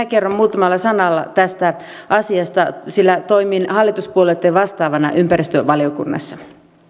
kerron muutamalla sanalla tästä asiasta sillä toimin hallituspuolueitten vastaavana ympäristövaliokunnassa